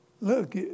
Look